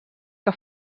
que